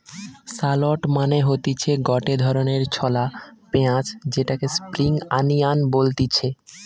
shallot মানে হতিছে গটে ধরণের ছলা পেঁয়াজ যেটাকে স্প্রিং আনিয়ান বলতিছে